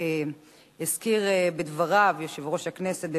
שאותם הזכיר יושב-ראש הכנסת בדבריו